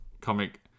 comic